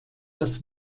das